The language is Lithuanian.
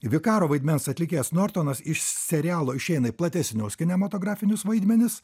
vikaro vaidmens atlikėjas nortonas iš serialo išeina į platesnius kinematografinius vaidmenis